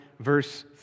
verse